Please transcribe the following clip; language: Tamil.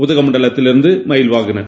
உதகமண்டலத்திலிருந்து மஹில்வாகனன்